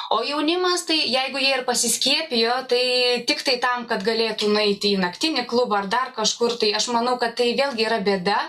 o jaunimas tai jeigu jie ir pasiskiepijo tai tiktai tam kad galėtų nueiti į naktinį klubą ar dar kažkur tai aš manau kad tai vėlgi yra bėda